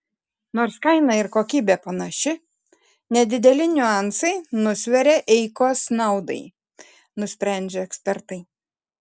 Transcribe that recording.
nors kaina ir kokybė panaši nedideli niuansai nusveria eikos naudai nusprendžia ekspertai